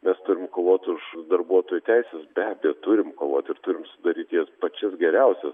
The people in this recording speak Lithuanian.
mes turim kovot už darbuotojų teises be abejo turim kovot ir turim sudaryt jas pačias geriausias